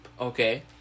Okay